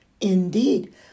Indeed